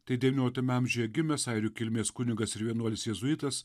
tai devynioliktam amžiuje gimęs airių kilmės kunigas vienuolis jėzuitas